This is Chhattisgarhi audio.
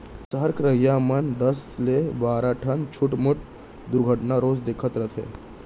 सहर के रहइया मन दस ले बारा ठन छुटमुट दुरघटना रोज देखत रथें